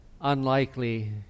unlikely